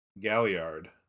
Galliard